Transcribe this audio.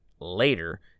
later